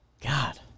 God